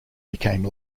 became